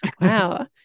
Wow